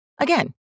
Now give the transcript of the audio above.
Again